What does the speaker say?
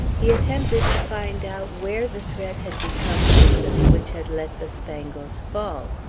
he attempted to find out where the thread had become loosened which had let the spangles fall.